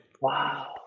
wow